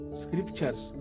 scriptures